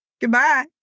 Goodbye